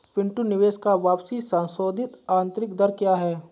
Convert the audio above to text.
पिंटू निवेश का वापसी संशोधित आंतरिक दर क्या है?